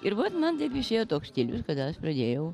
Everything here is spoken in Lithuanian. ir vat man taip išėjo toks stilius kada aš pradėjau